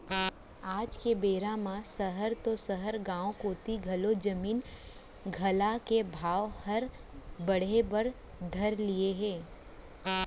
आज के बेरा म सहर तो सहर गॉंव कोती घलौ जमीन जघा के भाव हर बढ़े बर धर लिये हे